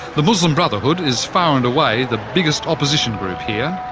the muslim brotherhood is far and away the biggest opposition group here,